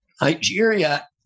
Nigeria